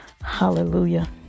hallelujah